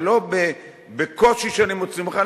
ולא בקושי שאני מוציא את זה ממך.